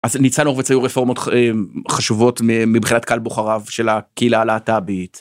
אז לניצן הורוביץ היו רפורמות חשובות מבחינת קהל בוחריו של הקהילה הלהט"בית.